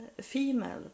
female